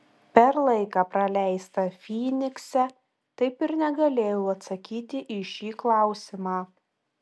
per laiką praleistą fynikse taip ir negalėjau atsakyti į šį klausimą